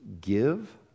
Give